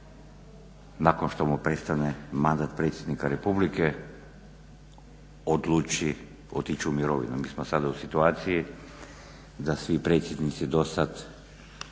nakon što mu prestane mandat predsjednika Republike odluči otići u mirovinu, a mi smo sada u situaciji da svi predsjednici do sada